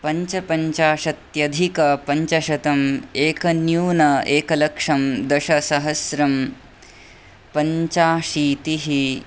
पञ्चपञ्चाशत्यधिक पञ्च शतम् एक न्य़ून एक लक्षं दशसहस्रं पञ्चाशीतिः